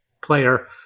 player